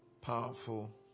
powerful